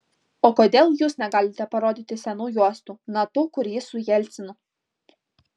o kodėl jūs negalite parodyti senų juostų na tų kur jis su jelcinu